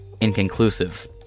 inconclusive